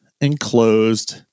enclosed